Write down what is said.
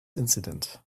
incident